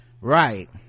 right